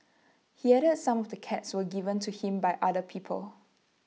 he added some of the cats were given to him by other people